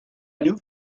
new